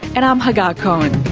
and i'm hagar cohen